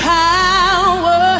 power